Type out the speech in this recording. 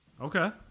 okay